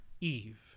Eve